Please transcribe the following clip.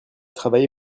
travaillé